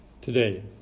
today